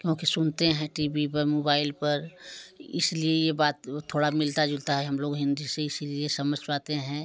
क्योंकि सुनते हैं टी भी पर मोबैल पर इसलिए ये बात थोड़ा मिलता जुलता है हम लोग हिन्दी से इसीलिए समझ पाते हैं